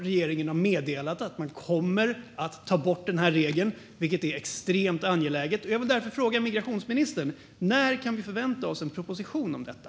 Regeringen har meddelat att man kommer att ta bort regeln, vilket är extremt angeläget. Jag vill därför fråga migrationsministern: När kan vi förvänta oss en proposition om detta?